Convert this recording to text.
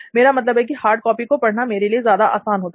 मेरा मतलब है की हार्ड कॉपी को पढ़ना मेरे लिए ज्यादा आसान होता था